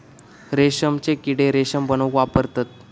रेशमचे किडे रेशम बनवूक वापरतत